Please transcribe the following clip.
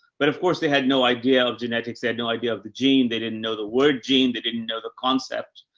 but of course, they had no idea of genetics. they had no idea of the gene. they didn't know the word gene. they didn't know the concept.